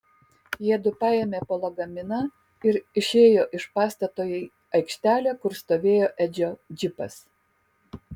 jiedu paėmė po lagaminą ir išėjo iš pastato į aikštelę kur stovėjo edžio džipas